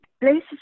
places